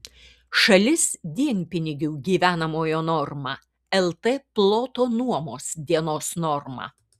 šalis dienpinigių gyvenamojo norma lt ploto nuomos dienos norma